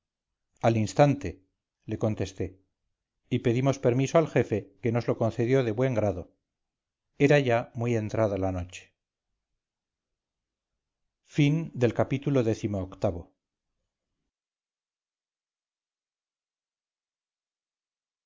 al instante le contesté y pedimos permiso al jefe que nos lo concedió de buen grado era ya muy entrada la noche ii